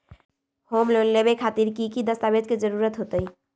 Home loan लेबे खातिर की की दस्तावेज के जरूरत होतई?